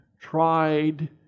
tried